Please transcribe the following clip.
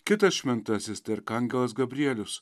kitas šventasis arkangelas gabrielius